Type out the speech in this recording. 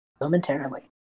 momentarily